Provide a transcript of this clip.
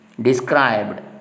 described